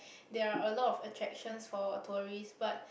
there are a lot attractions for tourists but